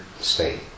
state